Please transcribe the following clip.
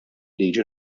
liġi